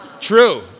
True